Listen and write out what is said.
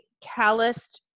calloused